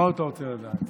מה עוד אתה רוצה לדעת?